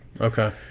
Okay